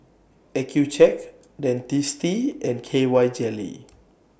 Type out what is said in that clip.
Accucheck Dentiste and K Y Jelly